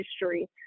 history